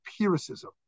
empiricism